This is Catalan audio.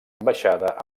ambaixada